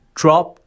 drop